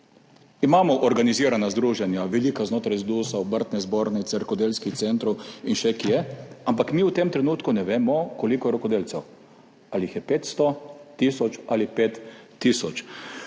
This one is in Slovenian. Imamo organizirana združenja, velika znotraj ZDUS, Obrtno-podjetniške zbornice, rokodelskih centrov in še kje, ampak mi v tem trenutku ne vemo, koliko je rokodelcev, ali jih je 500, tisoč ali 5